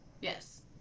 Yes